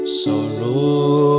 sorrow